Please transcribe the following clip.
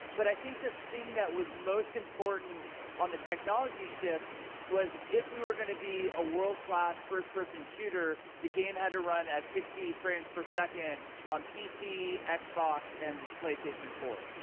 but i think the thing that was most important on the technology shift was if we were going to be a world-class first-person shooter, the game had to run at sixty frames per second on pc, xbox and playstation four.